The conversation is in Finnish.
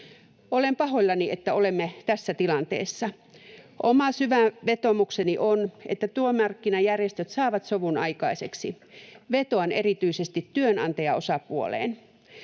Olen pahoillani, että olemme tässä tilanteessa. Oma syvä vetoomukseni on, että työmarkkinajärjestöt saavat sovun aikaiseksi. Vetoan erityisesti työnantajaosapuoleen.